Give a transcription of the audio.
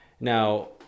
Now